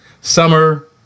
summer